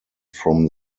from